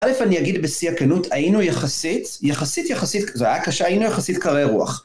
אלף אני אגיד בשיא הכנות, היינו יחסית, יחסית יחסית, זה היה קשה, היינו יחסית קרי רוח.